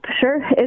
sure